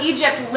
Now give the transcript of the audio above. Egypt